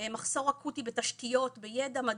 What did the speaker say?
מחסור אקוטי בתשתיות, בידע מדעי,